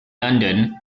london